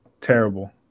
terrible